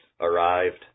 arrived